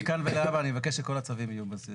גוש 13690 -חלקי חלקות 4,